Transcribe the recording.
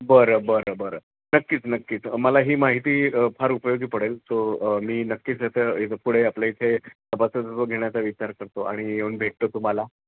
बरं बरं बरं नक्कीच नक्कीच मला ही माहिती फार उपयोगी पडेल सो मी नक्कीच याचंं पुढे आपल्या इथे सभासदत्व घेण्याचा विचार करतो आणि येऊन भेटतो तुम्हाला